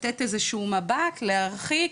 לתת איזשהו מבט, להרחיק,